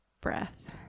breath